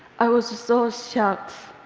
i was so shocked.